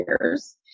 years